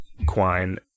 Quine